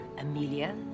Amelia